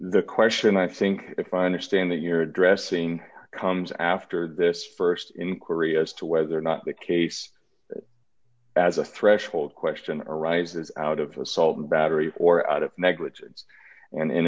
the question i think if i understand that you're addressing comes after this st inquiry as to whether or not the case as a threshold question arises out of assault and battery or out of